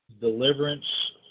deliverance